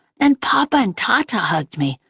then poppa and tata hugged me,